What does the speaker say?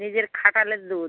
নিজের খাটালের দুধ